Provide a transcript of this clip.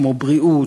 כמו בריאות,